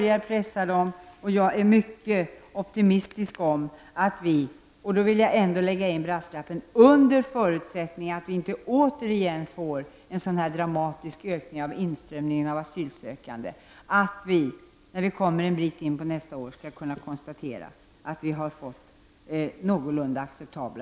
Jag är mycket optimistisk, och -- jag lägger in den brasklappen -- om vi inte återigen får en dramatisk ökning av inströmningen av asylsökande, kommer vi en bit in på nästa år att kunna konstatera att väntetiderna har blivit något så när acceptabla.